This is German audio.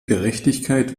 gerechtigkeit